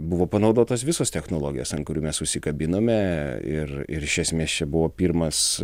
buvo panaudotos visos technologijos ant kurių mes užsikabinome ir ir iš esmės čia buvo pirmas